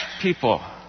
people